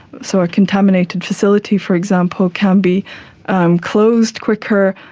so a contaminated facility, for example, can be closed quicker,